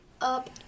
up